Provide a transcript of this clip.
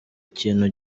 ikintu